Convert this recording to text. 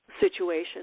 situation